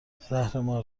زهرمار